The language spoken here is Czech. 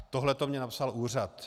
Tohleto mně napsal úřad.